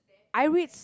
I read